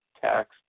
tax